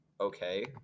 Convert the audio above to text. okay